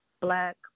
black